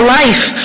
life